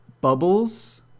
bubbles